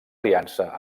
aliança